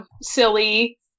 silly